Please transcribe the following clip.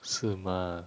是 mah